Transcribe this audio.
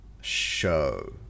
show